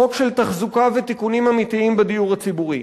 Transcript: חוק של תחזוקה ותיקונים אמיתיים בדיור הציבורי.